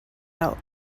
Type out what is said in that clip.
out